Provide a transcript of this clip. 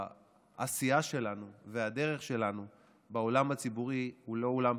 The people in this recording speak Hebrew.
שהעשייה שלנו והדרך שלנו בעולם הציבורי הן לא פשוטות.